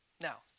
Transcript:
Now